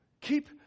Keep